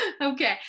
okay